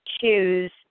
choose